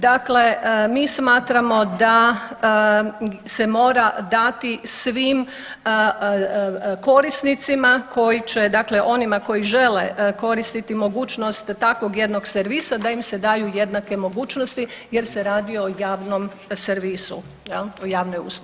Dakle, mi smatramo da se mora dati svim korisnicima koji će dakle onima koji žele koristiti mogućnost takvog jednog servisa da im se daju jednake mogućnosti jer se radi o javnom servisu jel, o javnoj uslugi, usluzi.